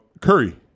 Curry